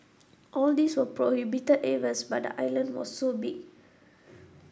all these were prohibited areas but the island was so big